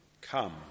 come